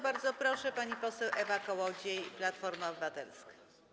Bardzo proszę, pani poseł Ewa Kołodziej, Platforma Obywatelska.